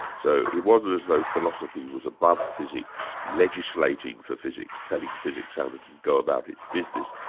so it wasn't as though philosophy was above physics, legislating for physics, telling physics how to go about its business,